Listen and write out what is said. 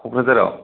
क'क्राझाराव